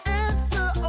answer